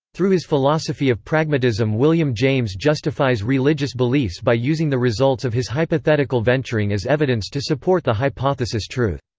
through his philosophy of pragmatism william james justifies religious beliefs by using the results of his hypothetical venturing as evidence to support the hypothesis' truth.